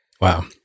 Wow